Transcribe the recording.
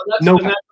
no